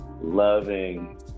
loving